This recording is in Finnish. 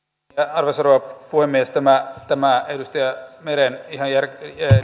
arvoisa rouva puhemies tähän edustaja meren ihan järkevään